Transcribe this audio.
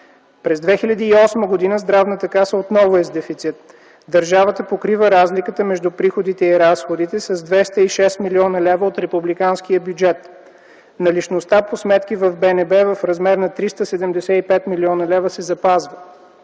През 2008 г. Здравната каса отново е с дефицит. Държавата покрива разликата между приходите и разходите с 206 млн. лв. от републиканския бюджет. Наличността по сметки в БНБ в размер на 375 млн. лв. се запазва.